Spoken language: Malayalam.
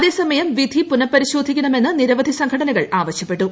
അതേ സമയം വിധി പുനഃപരിശോധിക്കണമെന്ന് നിരവധി സംഘടനകൾ ആവശ്യപ്പെട്ടു